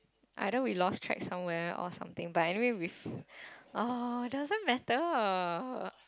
either we lost track somewhere or something but anyway we've oh doesn't matter